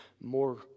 more